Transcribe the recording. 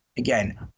Again